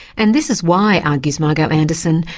and this is why, argues margo anderson,